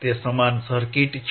તે સમાન સર્કિટ છે